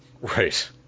Right